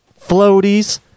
floaties